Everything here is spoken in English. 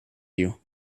you